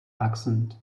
accent